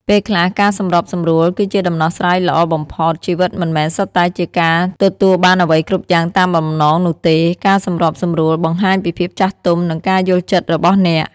ពេលខ្លះ ការសម្របសម្រួលគឺជាដំណោះស្រាយល្អបំផុត ជីវិតមិនមែនសុទ្ធតែជាការទទួលបានអ្វីគ្រប់យ៉ាងតាមបំណងនោះទេ ការសម្របសម្រួលបង្ហាញពីភាពចាស់ទុំ និងការយល់ចិត្តរបស់អ្នក។